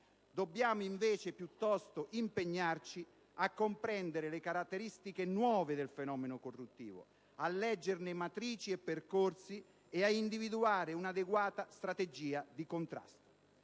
Bisogna piuttosto impegnarsi nel comprendere le caratteristiche nuove del fenomeno corruttivo, leggerne le matrici e i percorsi e individuare un'adeguata strategia di contrasto.